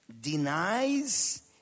denies